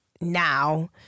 now